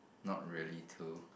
not really two